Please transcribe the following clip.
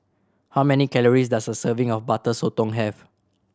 how many calories does a serving of Butter Sotong have